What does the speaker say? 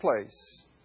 place